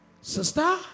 sister